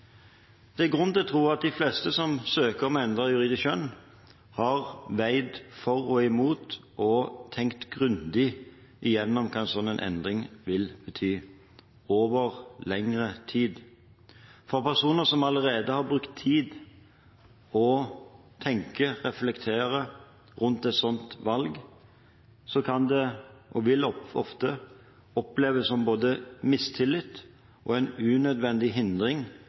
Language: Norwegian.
Det er grunn til å tro at de fleste som søker om å endre juridisk kjønn, har veid for og imot og tenkt grundig igjennom hva en slik endring vil bety over lengre tid. For personer som allerede har brukt tid på å tenke og reflektere rundt et slikt valg, kan det – og vil det ofte – oppleves som både mistillit og en unødvendig hindring